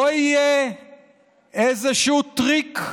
לא יהיה איזשהו טריק,